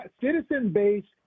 citizen-based